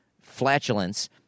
flatulence